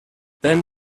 then